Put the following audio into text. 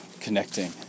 Connecting